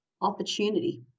Opportunity